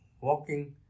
walking